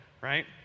right